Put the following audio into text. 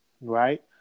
right